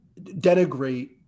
denigrate